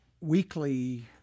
weekly